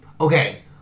Okay